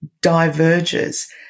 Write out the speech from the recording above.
diverges